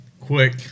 quick